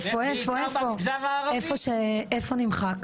איפה נמחק?